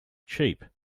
cheap